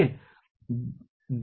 ठीक है